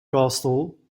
castle